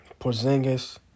Porzingis